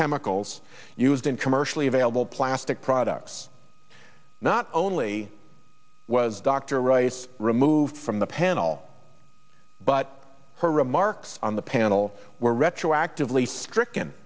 chemicals used in commercially available plastic products not only was dr rice removed from the panel but her remarks on the panel were retroactively stricken